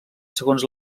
segons